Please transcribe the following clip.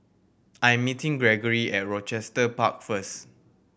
I'm meeting Gregory at Rochester Park first